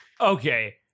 Okay